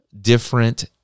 different